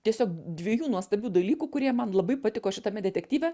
tiesiog dviejų nuostabių dalykų kurie man labai patiko šitame detektyve